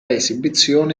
esibizione